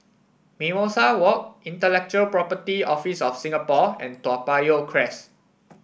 Mimosa Walk Intellectual Property Office of Singapore and Toa Payoh Crest